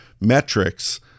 metrics